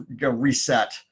reset